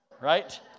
right